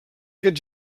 aquest